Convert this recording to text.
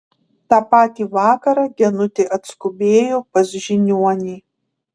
tą patį vakarą genutė atskubėjo pas žiniuonį